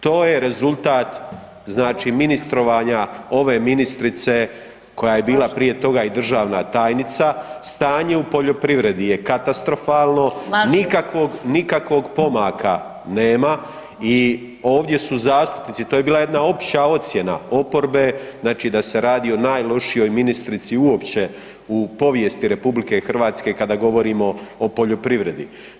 To je rezultat znači ministrovanja ove ministrice koja je bila prije toga i državna tajnica, stanje u poljoprivredi je katastrofalno, [[Upadica: Laže.]] nikakvog pomaka nema i ovdje su zastupnici, to je bila jedna opća ocjena oporbe, znači da se radi o najlošijoj ministrici uopće u povijesti RH kada govorimo o poljoprivredi.